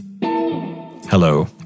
Hello